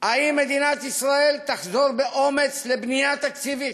האם מדינת ישראל תחזור באומץ לבנייה תקציבית?